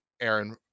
Aaron